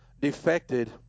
defected